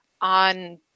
on